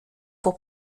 pour